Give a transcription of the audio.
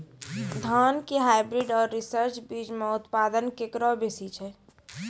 धान के हाईब्रीड और रिसर्च बीज मे उत्पादन केकरो बेसी छै?